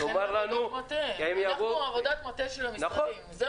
אנחנו עבודת המטה של המשרדים.